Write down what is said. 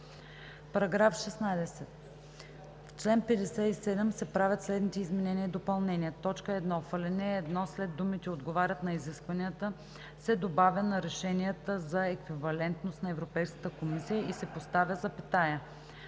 § 16: „§ 16. В чл. 57 се правят следните изменения и допълнения: 1. В ал. 1 след думите „отговарят на изискванията“ се добавя „на решенията за еквивалентност на Европейската комисия“ и се поставя запетая.